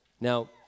Now